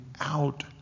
out